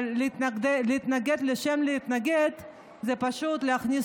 אבל להתנגד לשם התנגדות זה פשוט להכניס